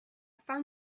found